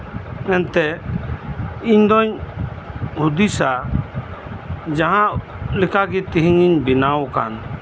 ᱢᱮᱱᱛᱮ ᱤᱧ ᱫᱩᱧ ᱦᱩᱫᱤᱥᱟ ᱡᱮ ᱡᱟᱦᱟᱸ ᱞᱮᱠᱟᱜᱮ ᱛᱮᱦᱮᱧ ᱤᱧ ᱵᱮᱱᱟᱣ ᱟᱠᱟᱱ